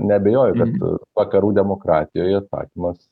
neabejoju kad vakarų demokratijoje atsakymas